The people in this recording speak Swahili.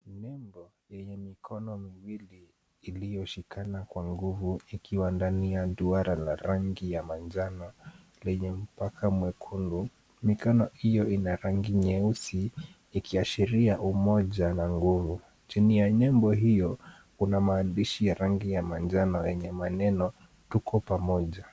Nembo yenye mikono miwili iliyoshikana kwa nguvu, ikiwa ndani ya duara la rangi ya manjano lenye mpaka mwekundu, mikono hio ina rangi nyeusi ikiashiria umoja na nguvu. Chini ya nembo hio, kuna maandishi ya rangi ya manjano yenye maneno, Tuko Pamoja.